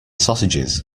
sausages